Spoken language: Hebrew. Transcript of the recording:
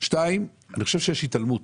אני חושב שיש התעלמות